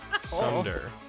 Sunder